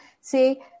say